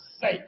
safe